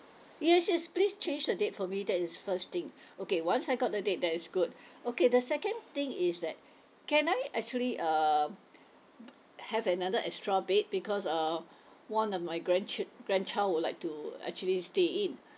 yes yes please change the date for me that is first thing okay once I got the date that is good okay the second thing is that can I actually um have another extra bed because uh one of my grandchil~ grandchild would like to actually stay in